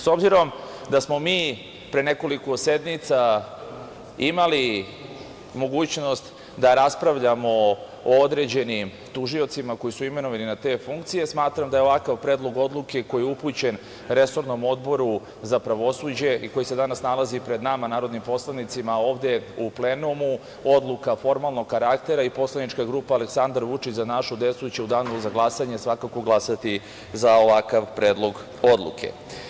S obzirom da smo mi pre nekoliko sednica imali mogućnost da raspravljamo o određenim tužiocima koji su imenovani na te funkcije, smatram da je ovakav Predlog odluke koji je upućen resornom Odboru za pravosuđe i koji se danas nalazi pred nama narodnim poslanicima ovde u plenumu, odluka formalnog karaktera i poslanička grupa „Aleksandar Vučić – Za našu decu“ će u Danu za glasanje svakako glasati za ovakav Predlog odluke.